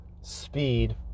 speed